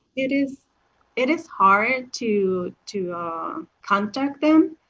it is it is hard to to contact them.